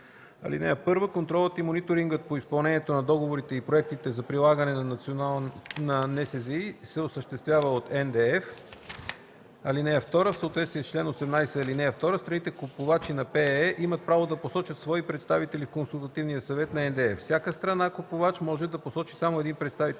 26. (1) Контролът и мониторингът по изпълнението на договорите и проектите за прилагане на НСЗИ се осъществява от НДЕФ. (2) В съответствие с чл. 18, ал. 2 страните – купувачи на ПЕЕ, имат право да посочат свои представители в Консултативния съвет на НДЕФ. Всяка страна купувач може да посочи само един представител